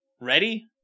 Ready